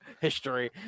history